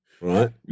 right